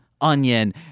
onion